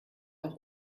auch